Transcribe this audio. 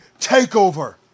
TakeOver